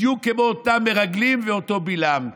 בדיוק כמו אותה מרגלים ואותו בלעם.